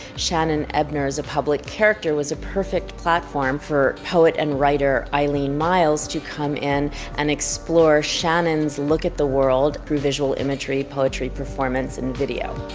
shannon ebner's a public character was a perfect platform for poet and writer eileen myles to come in and explore shannon's look at the world through visual imagery, poetry, performance, and video.